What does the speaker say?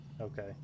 okay